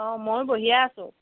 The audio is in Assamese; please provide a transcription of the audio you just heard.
অ ময়ো বহিয়ে আছোঁ